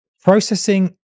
processing